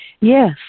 Yes